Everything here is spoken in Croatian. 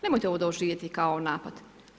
Nemojte ovo doživjeti kao napad.